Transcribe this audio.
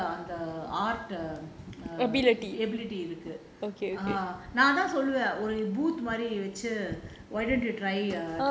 அவங்களுக்கு நல்லா அந்த:avangaluku nalla antha art இருக்கு நான் அதான் சொல்லுவேன் ஒரு:irukku naan athaan solluvaen oru booth வச்சு:vachu